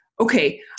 Okay